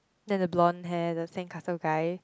then the blonde hair the same cluster guy